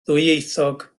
ddwyieithog